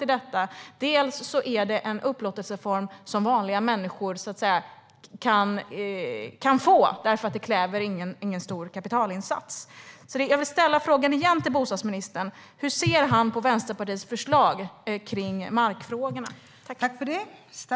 Vårt andra skäl är att det är en upplåtelseform som vanliga människor kan ta del av, eftersom den inte kräver någon stor kapitalinsats. Jag vill ställa frågan igen till bostadsministern. Hur ser bostadsministern på Vänsterpartiets förslag om markfrågorna?